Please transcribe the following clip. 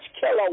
killer